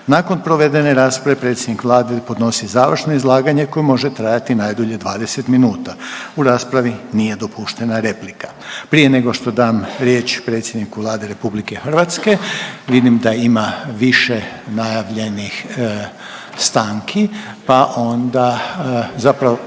Nakon provedene rasprave predsjednik Vlade podnosi završno izlaganje koje može trajati najdulje 20 minuta. U raspravi nije dopuštena replika. Prije nego što dam riječ predsjedniku Vlade RH vidim da ima više najavljenih stanki, pa onda, zapravo